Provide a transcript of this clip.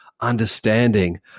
understanding